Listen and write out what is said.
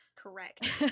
Correct